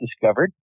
discovered